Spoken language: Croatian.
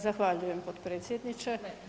Zahvaljujem potpredsjedniče.